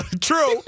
True